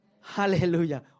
Hallelujah